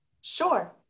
Sure